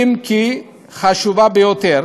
אך חשובה ביותר